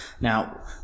Now